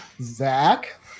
Zach